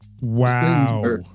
Wow